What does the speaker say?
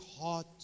hot